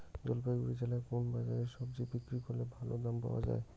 জলপাইগুড়ি জেলায় কোন বাজারে সবজি বিক্রি করলে ভালো দাম পাওয়া যায়?